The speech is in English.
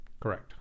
correct